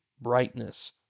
brightness